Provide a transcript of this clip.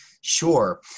Sure